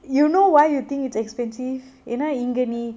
you know why you think it's expensive ஏன்னா இங்க நீ:yenna inga nee